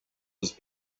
was